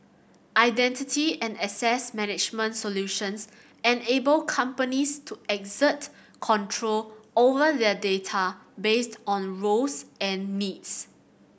identity and access management solutions enable companies to exert control over their data based on roles and needs